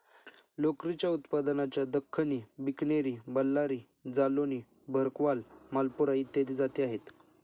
लोकरीच्या उत्पादनाच्या दख्खनी, बिकनेरी, बल्लारी, जालौनी, भरकवाल, मालपुरा इत्यादी जाती आहेत